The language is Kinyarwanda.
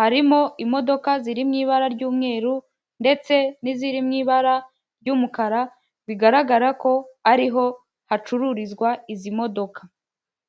harimo imodoka ziri mu ibara ry'umweru ndetse n'iziri mu ibara ry'umukara bigaragara ko ari ho hacururizwa izi modoka.